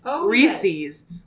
Reese's